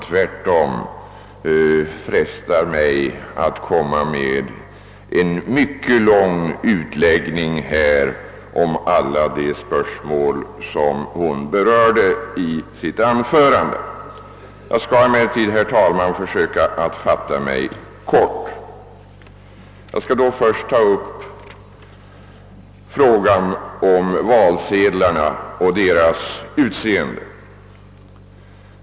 Tvärtom frestar hon mig att göra en mycket lång utläggning om alla de spörsmål som hon berörde i sitt anförande. Jag skall emellertid, herr talman, försöka att fatta mig kort. Jag skall först ta upp frågan om valsedlarna och deras utseende.